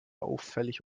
auffällig